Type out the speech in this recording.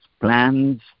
plans